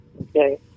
Okay